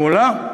מעולם.